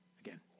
Again